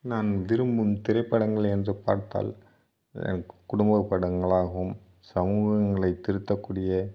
நான் விரும்பும் திரைப்படங்கள் என்று பார்த்தால் எனக்கு குடும்ப படங்களாகவும் சமூகங்களை திருத்தக்கூடிய